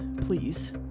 please